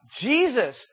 Jesus